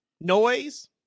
noise